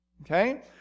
Okay